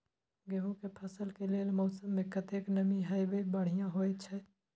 गेंहू के फसल के लेल मौसम में कतेक नमी हैब बढ़िया होए छै?